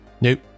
Nope